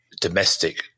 domestic